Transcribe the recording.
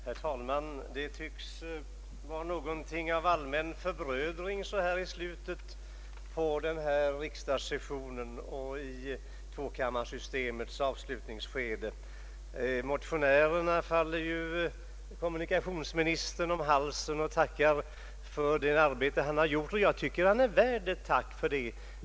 Herr talman! Det tycks ha blivit något av en allmän förbrödring så här i slutet av denna riksdagssession och av tvåkammarsystemets avslutningsskede. Motionärerna faller ju kommunikationsministern om halsen och tackar för det arbete han har uträttat. Även jag tycker att han är värd ett tack för det.